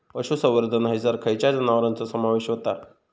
पशुसंवर्धन हैसर खैयच्या जनावरांचो समावेश व्हता?